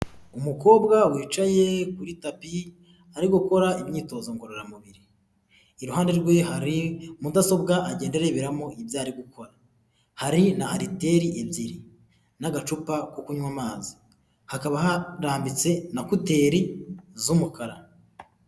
Umukobwa wicaye kuri tapi, ari gukora imyitozo ngororamubiri. Iruhande rwe hari mudasobwa agenda areberamo ibyo ari gukora. Hari na ariteri ebyiri n'agacupa ko kunywa amazi, hakaba haranditse na kuteri z'umukara.